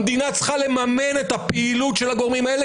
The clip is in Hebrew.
המדינה צריכה לממן את הפעילות של הגורמים האלה